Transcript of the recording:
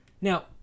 Now